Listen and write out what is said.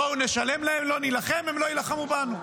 בואו נשלם להם; אם לא נילחם, הם לא יילחמו בנו.